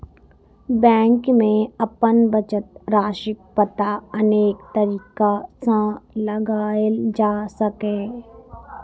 bank मे अपन बचत राशिक पता अनेक तरीका सं लगाएल जा सकैए